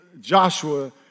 Joshua